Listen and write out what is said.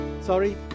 sorry